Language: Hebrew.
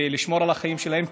ולשמור על החיים שלהם,